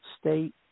state